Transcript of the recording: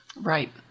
Right